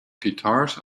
guitars